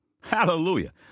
Hallelujah